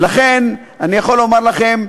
ולכן, אני יכול לומר לכם,